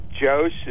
Joseph